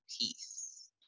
peace